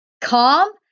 Calm